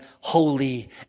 holy